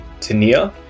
Tania